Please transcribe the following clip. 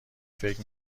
فکر